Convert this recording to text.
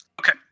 okay